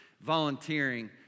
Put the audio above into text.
volunteering